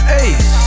ace